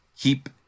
keep